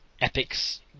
epics